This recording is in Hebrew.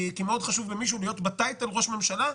כי חשוב מאוד למישהו להיות בטייטל "ראש ממשלה".